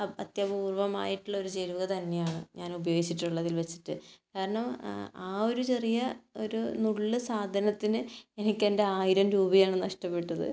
അ അത്യപൂർവ്വമായിട്ടുള്ള ഒരു ചേരുവക തന്നെയാണ് ഞാൻ ഉപയോഗിച്ചിട്ടുള്ളത് വെച്ചിട്ട് കാരണം ആ ഒരു ചെറിയ ഒരു നുള്ള് സാധനത്തിന് എനിക്ക് എൻ്റെ ആയിരം രൂപയാണ് നഷ്ടപ്പെട്ടത്